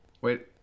Wait